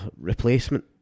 replacement